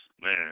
man